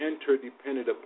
interdependent